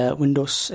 Windows